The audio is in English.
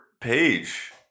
page